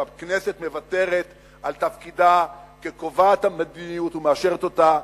שהכנסת מוותרת על תפקידה כקובעת המדיניות ומאשרת אותה,